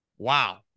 Wow